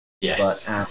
Yes